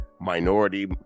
minority